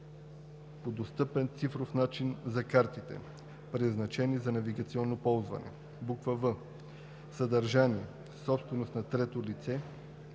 по достъпен цифров начин за картите, предназначени за навигационно използване; в) съдържание – собственост на трето лице,